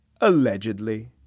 allegedly